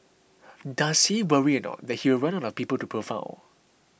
does he worry he will run out of people to profile